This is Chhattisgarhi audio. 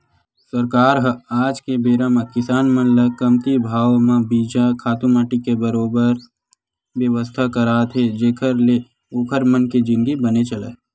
सरकार ह आज के बेरा म किसान मन ल कमती भाव म बीजा, खातू माटी के बरोबर बेवस्था करात हे जेखर ले ओखर मन के जिनगी बने चलय